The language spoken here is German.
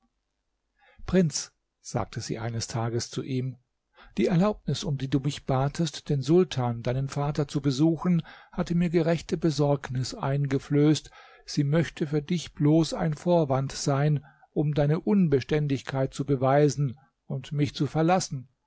prinz sagte sie eines tags zu ihm die erlaubnis um die du mich batest den sultan deinen vater zu besuchen hatte mir gerechte besorgnis eingeflößt sie möchte für dich bloß ein vorwand sein um deine unbeständigkeit zu beweisen und mich zu verlassen